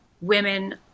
women